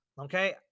Okay